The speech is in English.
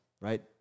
Right